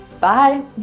Bye